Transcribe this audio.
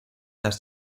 las